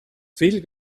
fill